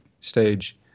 stage